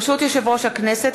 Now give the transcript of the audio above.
ברשות יושב-ראש הכנסת,